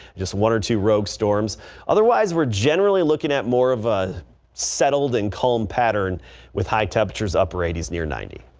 just one or two rogue storms otherwise we're generally looking at more of a settled in comb pattern with high temperatures upper eighty s near ninety.